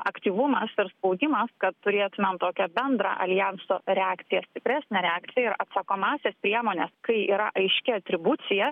aktyvumas ir spaudimas kad turėtumėm tokią bendrą aljanso reakciją stipresnę reakciją ir atsakomąsias priemones kai yra aiški atribucija